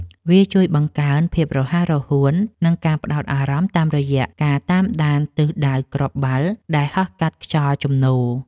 វាជួយបង្កើន ភាពរហ័សរហួន និងការផ្ដោតអារម្មណ៍ តាមរយៈការតាមដានទិសដៅគ្រាប់បាល់ដែលហោះកាត់ខ្យល់ជំនោរ។